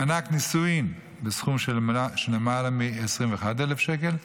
מענק נישואין בסכום של למעלה מ-21,000 שקל,